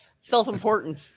self-important